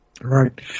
Right